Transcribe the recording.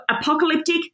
apocalyptic